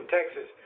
Texas